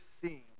seeing